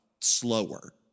slower